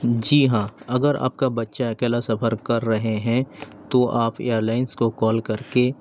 جی ہاں اگر آپ کا بچہ اکیلا سفر کر رہے ہیں تو آپ ایئر لائنس کو کال کر کے